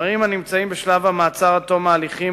גברים הנמצאים בשלב המעצר עד תום ההליכים,